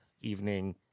evening